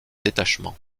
détachement